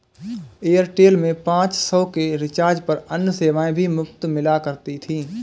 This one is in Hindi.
एयरटेल में पाँच सौ के रिचार्ज पर अन्य सेवाएं भी मुफ़्त मिला करती थी